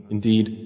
Indeed